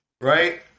right